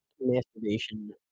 masturbation